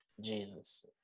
jesus